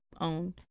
owned